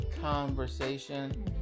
conversation